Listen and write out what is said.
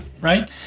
right